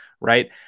right